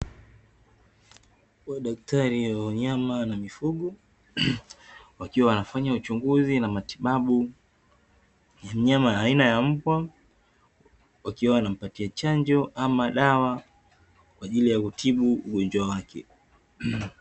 Madaktari wa wanyama na mifugo wakiwa wanafanya uchunguzi na matibabu ya mnyama aina ya mbwa wakiwa wanampatia chanjo ama dawa kwa ajili ya kutibu ugonjwa wake.